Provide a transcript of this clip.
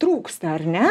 trūksta ar ne